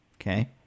Okay